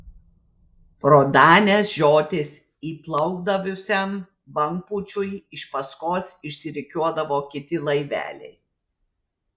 pro danės žiotis įplaukdavusiam bangpūčiui iš paskos išsirikiuodavo kiti laiveliai